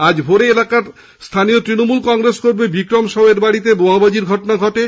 আজ ভোরে এলাকার স্থানীয় তৃণমূল কংগ্রেস কর্মী বিক্রম সাউয়ের বাড়িতে বোমাবাজির ঘটনা ঘটে